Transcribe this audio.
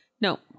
No